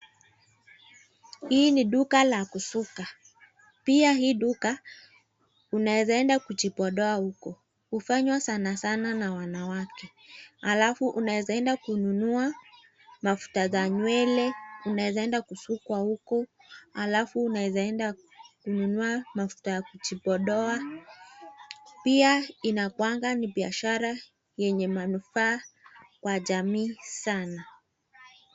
Hii ni duka la kusuka pia hii duka unaeza enda kujipodoa huko. Hufanywa sana sana na wanawake alafu unaweza enda kununua mafuta za nywele unaweza enda kusukwa huku alafu unaeza enda kununua mafuta ya kujipodoa. Pia inakuanga ni biashara yenye manufaa kwa jamii sana.